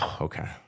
Okay